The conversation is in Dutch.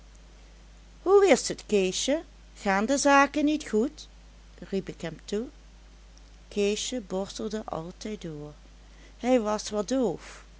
hoe is t keesje gaan de zaken niet goed riep ik hem toe keesje borstelde altijd door hij was wat doof